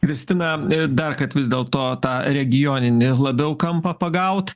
kristina dar kad vis dėl to tą regioninį labiau kampą pagaut